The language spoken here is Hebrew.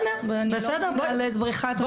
ואני לא מבינה על איזו בריחה את מדברת.